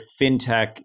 fintech